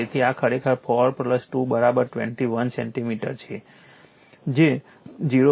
તેથી આ ખરેખર 4 2 21 સેન્ટિમીટર છે જે 0